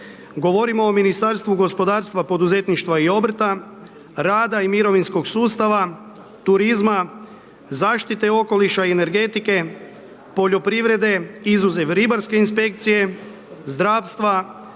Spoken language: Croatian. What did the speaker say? Govorimo o Ministarstvu gospodarstva, poduzetništva i obrta, rada i mirovinskog sustava, turizma, zaštite okoliša i energetike, poljoprivrede, izuzev ribarske inspekcije, zdravstva,